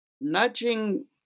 nudging